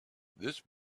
this